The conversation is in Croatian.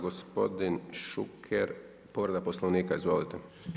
Gospodin Šuker, povreda Poslovnika Izvolite.